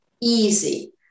easy